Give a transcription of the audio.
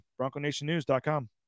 bronconationnews.com